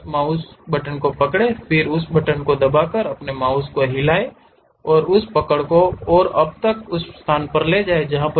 उस माउस को पकड़ें फिर उस बटन को दबाकर अपने माउस को हिलाएँ और उसे पकड़ें और अब उसे एक स्थान पर ले जाएँ